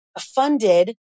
funded